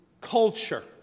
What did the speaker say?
culture